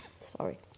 Sorry